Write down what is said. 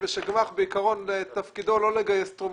וכי גמ"ח בעיקרון תפקידו לא לגייס תרומות.